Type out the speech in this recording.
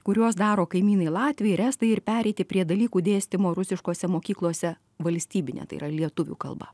kuriuos daro kaimynai latviai ir estai ir pereiti prie dalykų dėstymo rusiškose mokyklose valstybine tai yra lietuvių kalba